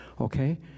okay